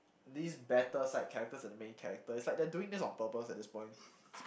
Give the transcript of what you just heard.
this better side characters than the main characters is like they are doing this on purpose at this point